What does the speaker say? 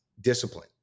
discipline